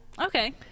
okay